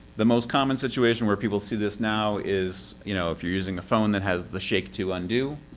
the most common situation where people see this now is you know if you're using a phone that has the shake to undo.